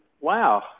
wow